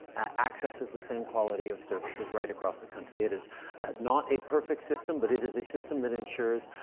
accesses the same quality of services right across the country. it is not a perfect system, but it is a system that ensures,